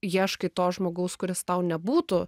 ieškai to žmogaus kuris tau nebūtų